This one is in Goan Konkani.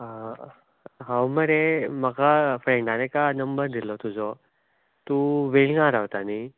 हांव मरे म्हाका फ्रेंडान एका नंबर दिल्लो तुजो तूं वेलंगां रावता न्ही